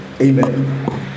Amen